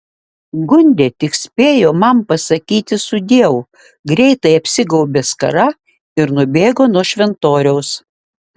gundė tik spėjo man pasakyti sudieu greitai apsigaubė skara ir nubėgo nuo šventoriaus